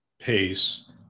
pace